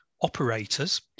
operators